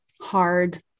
hard